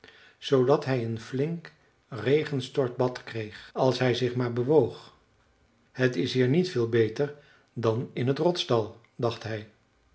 zoodat hij een flink regenstortbad kreeg als hij zich maar bewoog t is hier niet veel beter dan in het rotsdal dacht hij